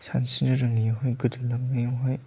सानस्रिनो रोङियावहाय गोदोलांनायावहाय